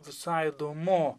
visai įdomu